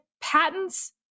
patents